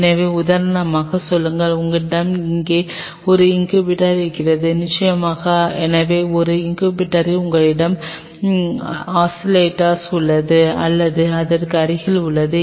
எனவே உதாரணமாக சொல்லுங்கள் உங்களிடம் இங்கே ஒரு இன்குபேட்டர் இருக்கிறது நிச்சயமாக எனவே ஒரு இன்குபேட்டரில் உங்களிடம் ஆஸிலேட்டர் உள்ளது அல்லது அதற்கு அருகில் உள்ளது